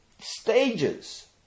stages